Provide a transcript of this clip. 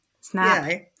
Snap